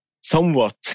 somewhat